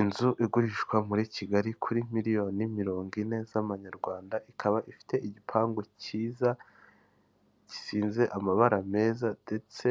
Inzu igurishwa muri kigali kuri miliyoni mirongo ine z'amanyarwanda ikaba ifite igipangu cyiza, gisize amabara meza, ndetse